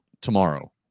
tomorrow